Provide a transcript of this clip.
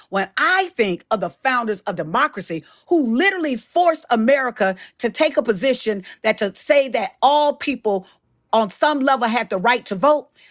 when i think of the founders of democracy, who literally forced america to take a position and to say that all people on some level had the right to vote,